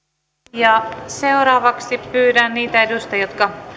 ja seuraavaksi pyydän niitä edustajia jotka